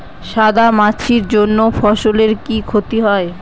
সাদা মাছির জন্য ফসলের কি ক্ষতি হয়?